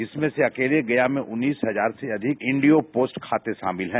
जिसमें से अकेले गया में उन्नीस हजार से अधिक इंडिया पोस्ट खाते शामिल हैं